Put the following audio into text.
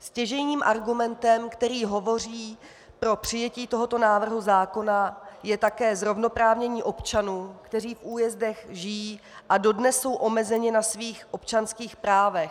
Stěžejním argumentem, který hovoří pro přijetí tohoto návrhu zákona, je také zrovnoprávnění občanů, kteří v újezdech žijí a dodnes jsou omezeni na svých občanských právech.